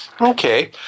Okay